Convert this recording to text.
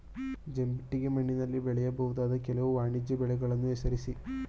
ಜಂಬಿಟ್ಟಿಗೆ ಮಣ್ಣಿನಲ್ಲಿ ಬೆಳೆಯಬಹುದಾದ ಕೆಲವು ವಾಣಿಜ್ಯ ಬೆಳೆಗಳನ್ನು ಹೆಸರಿಸಿ?